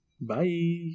Bye